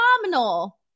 phenomenal